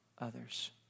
others